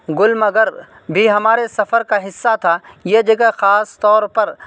گلمرگ بھی ہمارے سفر کا حصہ تھا یہ جگہ خاص طور پر